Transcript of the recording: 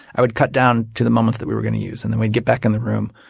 i would cut down to the moments that we were going to use. and then we'd get back in the room.